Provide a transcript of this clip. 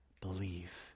Believe